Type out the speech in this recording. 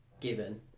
given